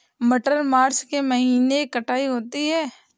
मटर मार्च के महीने कटाई होती है?